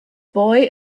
boy